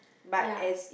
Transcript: ya